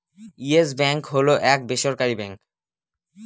yes Bank হল এক বেসরকারি ব্যাঙ্ক